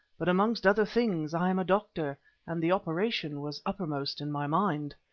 but, amongst other things, i am a doctor and the operation was uppermost in my mind.